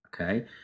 okay